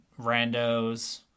randos